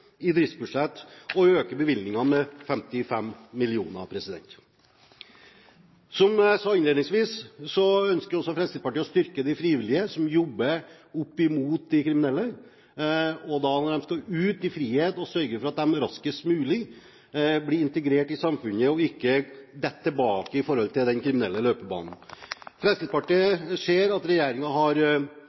i driftsbudsjettet – og øker bevilgningene med 55 mill. kr. Som jeg sa innledningsvis, ønsker også Fremskrittspartiet å styrke de frivillige som jobber opp imot de kriminelle – at man når de skal ut i frihet sørger for at de raskest mulig blir integrert i samfunnet og ikke detter tilbake til den kriminelle løpebanen. Fremskrittspartiet ser at regjeringen har